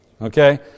Okay